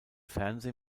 fernseh